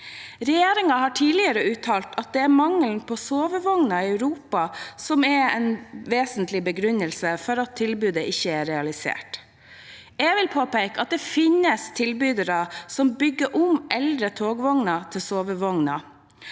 Regjeringen har tidligere uttalt at mangelen på sovevogner i Europa er en vesentlig begrunnelse for at tilbudet ikke er realisert. Jeg vil påpeke at det finnes tilbydere som bygger om eldre togvogner til sovevogner.